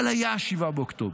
אבל היה 7 באוקטובר.